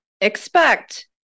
expect